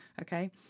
Okay